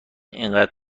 انقدر